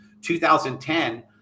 2010